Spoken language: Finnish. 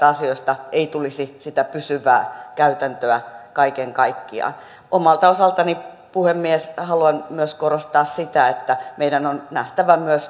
asioista ei tulisi pysyvää käytäntöä kaiken kaikkiaan omalta osaltani puhemies haluan myös korostaa sitä että meidän on nähtävä